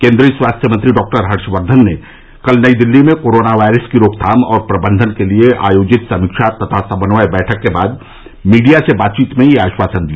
केन्द्रीय स्वास्थ्य मंत्री डाक्टर हर्षवर्धने ने कल नई दिल्ली में कोरोना वायरस की रोकथाम और प्रबंधन के लिए आयोजित समीक्षा तथा समन्वय बैठक के बाद मीडिया से बातचीत में यह आश्वासन दिया